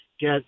get